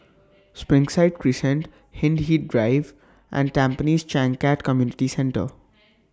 Springside Crescent Hindhede Drive and Tampines Changkat Community Centre